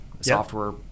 software